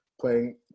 playing